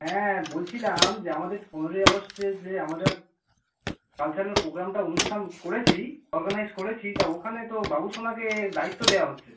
হ্যাঁ বলছিলাম যে আমাদের পনেরোই আগস্টে যে আমরা কালচারাল পোগ্রামটা অনুষ্ঠান করেছি অরগানাইস করেছি তা ওখানে তো বাবুসোনাকে দায়িত্ব দেওয়া হচ্ছে